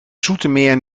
zoetermeer